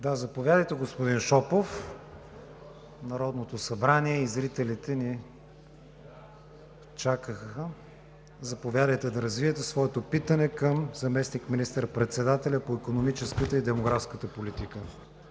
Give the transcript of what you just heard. Заповядайте, господин Шопов, Народното събрание и зрителите ни изчакаха. Заповядайте, за да развиете своето питане към заместник министър-председателя по икономическата и демографската политика.